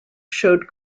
showed